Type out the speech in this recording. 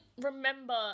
remember